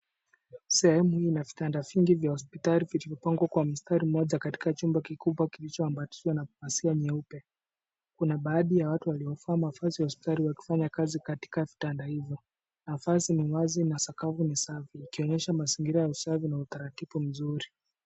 Sehemu hii ina vitanda vingi vya hospitali vilivyopangwa kwa mstari mmoja katika chumba kikubwa kilicho ambatishwa na pazia nyeupe. Kuna baadhi ya watu waliovaa mavazi ya hospitali wakifanya kazi katika vitanda hivyo. Mavazi na sakafu ni safi ikionyesha mazingira ya usafi na utaratibu mzuri.